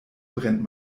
brennt